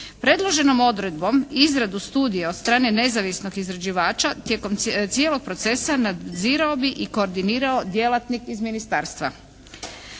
Predloženom odredbom izradu studija od strane nezavisnog izrađivača tijekom cijelog procesa nadzirao bi i koordinirao djelatnik iz ministarstva.